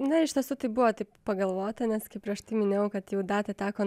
na iš tiesų tai buvo pagalvota nes kaip prieš tai minėjau kad jau datą teko